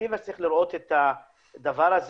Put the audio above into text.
הפרספקטיבה שצריך לראות את הדבר הזה,